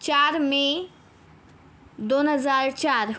चार मे दोन हजार चार